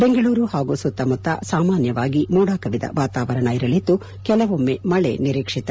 ಬೆಂಗಳೂರು ಹಾಗೂ ಸುತ್ತಮುತ್ತ ಸಾಮನ್ಯವಾಗಿ ಮೋಡ ಕವಿದ ವಾತಾವರಣವಿದ್ದು ಕೆಲವೊಮ್ಮೆ ಮಳೆ ನಿರೀಕ್ಷಿತ